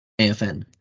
AFN